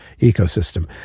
ecosystem